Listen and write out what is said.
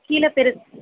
கீழப் பெரு